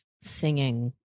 singing